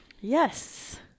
Yes